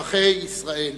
אזרחי ישראל,